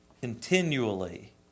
continually